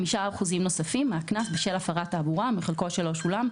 5% נוספים מהקנס בשל הפרת תעבורה מחלקו שלא שולם,